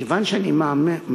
כיוון שאני מאמין